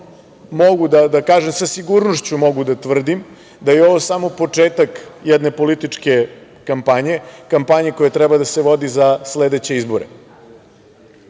mogu da kažem i sa sigurnošću da tvrdim da je ovo samo početak jedne političke kampanje, kampanje koja treba da se vodi za sledeće izbore.